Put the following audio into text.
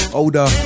older